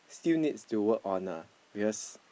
still needs to work on ah because